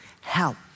help